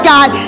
God